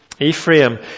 Ephraim